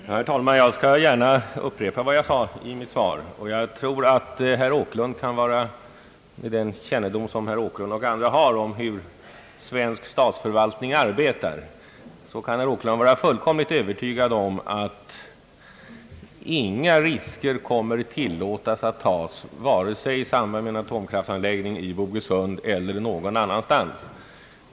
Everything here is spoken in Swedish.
Herr talman! Jag skall gärna upprepa vad jag sade i mitt svar. Med den: kännedom som herr Åkerlund har on hur svensk statsförvaltning arbetar, kan herr Åkerlund: vara fullkomligt övertygad om att det inte kommer att tillåtas att några risker tas vare sig i samband med en atomkraftanläggning i Bogesund eller någon annanstans.